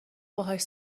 باهاش